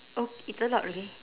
oh it's a lot okay